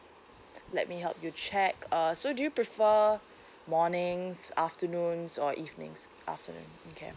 let me help you check uh so do you prefer mornings afternoons or evenings afternoon okay